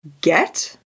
get